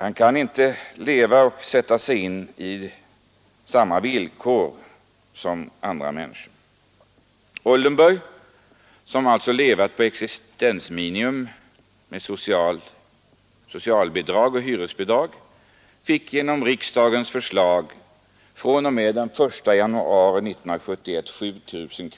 Han kan inte leva under samma villkor som andra människor. Oldenburg, som alltså levde på existensminimum med socialbidrag och hyresbidrag, fick genom riksdagens förslag från den 1 januari 1971